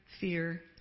fear